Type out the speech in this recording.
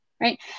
right